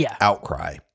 outcry